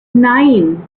nine